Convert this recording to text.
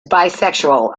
bisexual